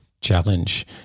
challenge